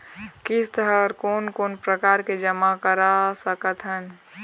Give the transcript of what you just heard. किस्त हर कोन कोन प्रकार से जमा करा सकत हन?